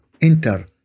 enter